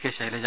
K Shailaja